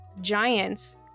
giants